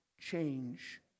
change